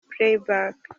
playback